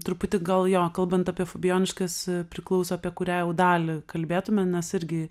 truputį gal jo kalbant apie fabijoniškes priklauso apie kurią jau dalį kalbėtume nes irgi